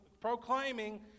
proclaiming